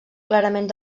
clarament